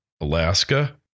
Alaska